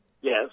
Yes